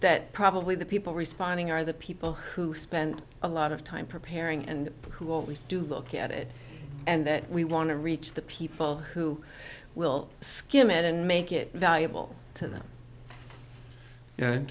that probably the people responding are the people who spend a lot of time preparing and who always do look at it and that we want to reach the people who will skim it and make it valuable to them y